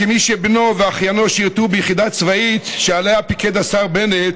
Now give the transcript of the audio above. כמי שבנו ואחיינו שירתו ביחידה צבאית שעליה פיקד השר בנט,